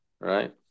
Right